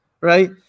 right